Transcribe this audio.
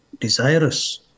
desirous